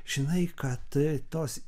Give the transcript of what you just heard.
žinai kad tos